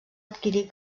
adquirir